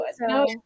no